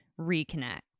reconnect